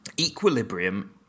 equilibrium